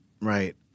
Right